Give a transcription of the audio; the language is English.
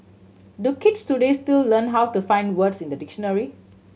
do kids today still learn how to find words in a dictionary